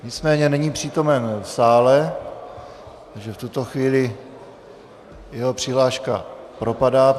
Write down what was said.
Nicméně není přítomen v sále, takže v tuto chvíli jeho přihláška propadá.